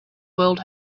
world